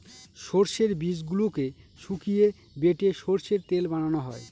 সর্ষের বীজগুলোকে শুকিয়ে বেটে সর্ষের তেল বানানো হয়